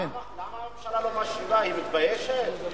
למה הממשלה לא משיבה, היא מתביישת?